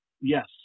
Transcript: yes